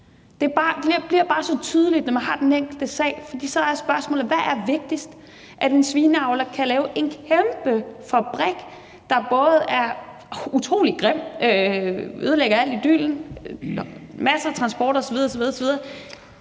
Det bliver så tydeligt, når man har den enkelte sag, for så er spørgsmålet: Hvad er vigtigst? Er det, at en svineavler kan lave en kæmpe fabrik, der både er utrolig grim og ødelægger al idyllen og giver masser af transport osv. osv. –